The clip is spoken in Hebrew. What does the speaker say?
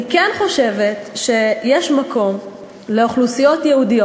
אני כן חושבת שיש מקום לאוכלוסיות ייעודיות